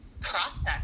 process